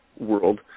world